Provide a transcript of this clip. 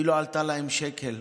היא לא עלתה להם שקל,